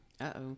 Uh-oh